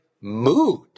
mood